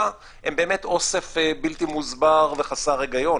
הן באמת אוסף בלתי מוסבר וחסר היגיון.